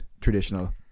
traditional